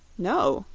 no,